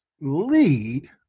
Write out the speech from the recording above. lead